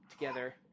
together